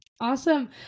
Awesome